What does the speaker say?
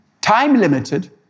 time-limited